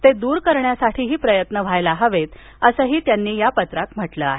ते दूर करण्याचे प्रयत्न व्हायला हवेत असंही त्यांना या पत्रांत म्हटलं आहे